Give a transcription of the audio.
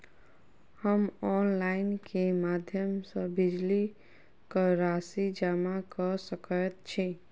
हम ऑनलाइन केँ माध्यम सँ बिजली कऽ राशि जमा कऽ सकैत छी?